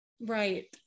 Right